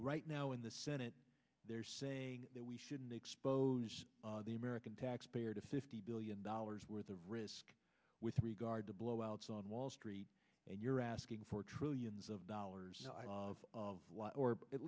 right now in the senate they're saying that we shouldn't expose the american taxpayer to fifty billion dollars worth of risk with regard to blowouts on wall street and you're asking for trillions of dollars of or at